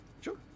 sure